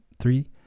Three